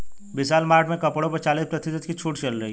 विशाल मार्ट में कपड़ों पर चालीस प्रतिशत की छूट चल रही है